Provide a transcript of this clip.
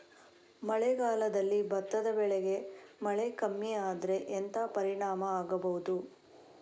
ಮಳೆಗಾಲದಲ್ಲಿ ಭತ್ತದ ಬೆಳೆಗೆ ಮಳೆ ಕಮ್ಮಿ ಆದ್ರೆ ಎಂತ ಪರಿಣಾಮ ಆಗಬಹುದು?